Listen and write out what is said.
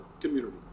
community